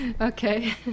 Okay